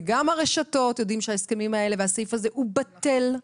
וגם ברשתות יודעים שהסעיף הזה הוא בטל,